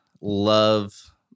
love